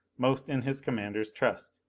most in his commander's trust.